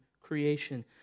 creation